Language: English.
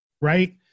right